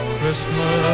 Christmas